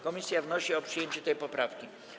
Komisja wnosi o przyjęcie tej poprawki.